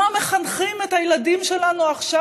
למה מחנכים את הילדים שלנו עכשיו,